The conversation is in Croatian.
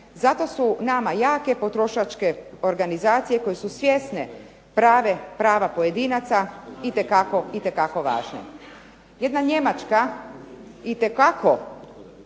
zato su nama jake potrošačke organizacije koje su svjesne prava pojedinaca itekako važne. Jedna Njemačka itekako